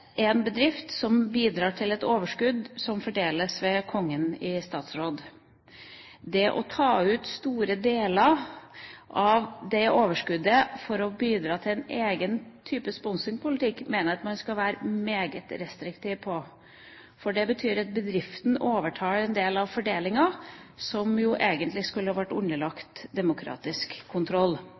en bedrift som bidrar til et overskudd som fordeles ved Kongen i statsråd. Det å ta ut store deler av det overskuddet for å bidra til en egen type sponsorpolitikk, mener jeg at man skal være meget restriktiv på. Det betyr at bedriften overtar en del av fordelingen, som jo egentlig skulle ha vært underlagt demokratisk kontroll.